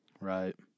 Right